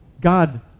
God